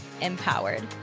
empowered